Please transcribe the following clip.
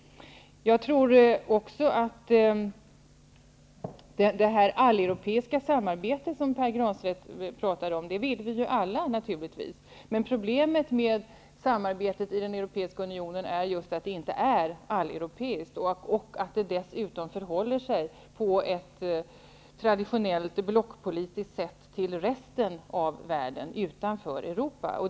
Det alleuropeiska samarbete som Pär Granstedt talade om vill vi naturligtvis alla ha. Men problemet med samarbetet inom den europeiska unionen är just att detta inte är alleuropeiskt och att det dessutom förhåller sig på ett traditionellt blockpolitiskt sätt till resten av världen utanför Europa.